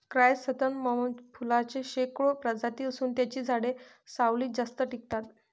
chrysanthemum फुलांच्या शेकडो प्रजाती असून त्यांची झाडे सावलीत जास्त टिकतात